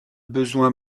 besoin